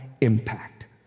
impact